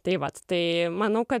tai vat tai manau kad